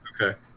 Okay